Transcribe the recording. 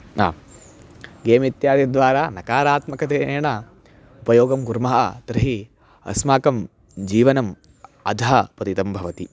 हा गेम् इत्यादिद्वारा नकारात्मकतेन उपयोगं कुर्मः तर्हि अस्माकं जीवनम् अधः पतितं भवति